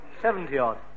Seventy-odd